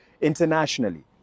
internationally